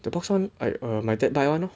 the books [one] my dad buy [one] lor